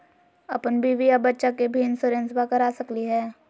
अपन बीबी आ बच्चा के भी इंसोरेंसबा करा सकली हय?